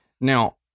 Now